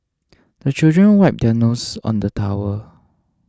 the children wipe their noses on the towel